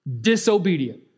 disobedient